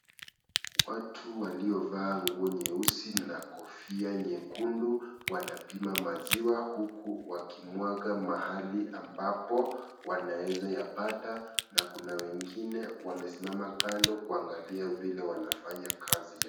Watu waliovaa nguo nyeusi na kofia nyekundu wanapika maziwa huku wakimwaga mahali ambapo wanaeza yapata, na kuna wengine wamesimama kando kuangalia vile wanafanya kazi ya.